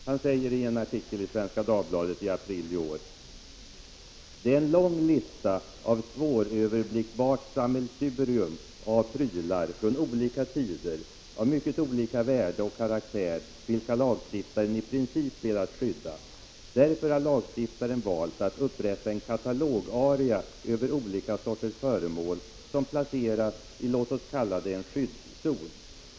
Han skriver i en artikel i Svenska Dagbladet i april i år: ”Det är en lång lista, ett svåröverblickbart sammelsurium av prylar från olika tider, av mycket olika värde och karaktär i, vilka lagstiftaren i princip velat skydda. ——- Därför har lagstiftaren valt att upprätta en katalogaria över olika sorters föremål, som placeras i låt oss kalla det en skyddszon.